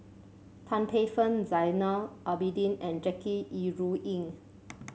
Tan Paey Fern Zainal Abidin and Jackie Yi Ru Ying